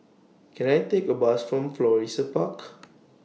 Can I Take A Bus from Florissa Park